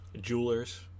jewelers